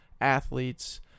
athletes